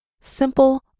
Simple